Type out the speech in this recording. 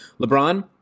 LeBron